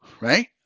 right